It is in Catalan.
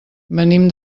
venim